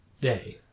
day